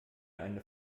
eine